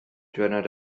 diwrnod